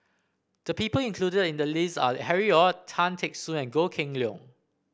the people included in the list are Harry Ord Tan Teck Soon and Goh Kheng Long